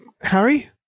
Harry